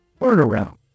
turnaround